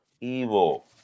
evil